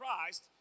Christ